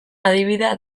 adibidea